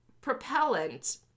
propellant